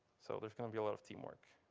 so there's going to be a lot of teamwork.